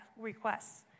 requests